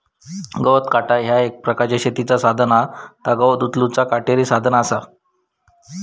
गवत काटा ह्या एक प्रकारचा शेतीचा साधन हा ता गवत उचलूचा काटेरी साधन असा